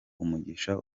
umugisha